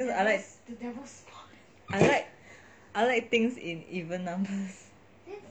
cause I like I like things in even numbers